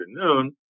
afternoon